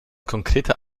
konkreter